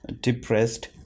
depressed